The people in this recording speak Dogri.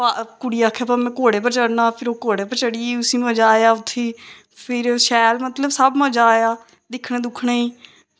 कुड़ी आक्खै में घोड़े पर चढ़ना फिर ओह् घोड़े पर चढ़ी गेई उसी मज़ा आया उत्थें फिर शैल मतलब सब मज़ा आया दिक्खने दुक्खने ई